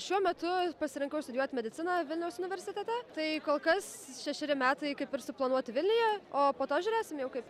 šiuo metu pasirinkau studijuot mediciną vilniaus universitete tai kol kas šešeri metai kaip ir suplanuoti vilniuje o po to žiūrėsim jau kaip